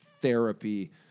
therapy